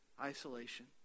isolation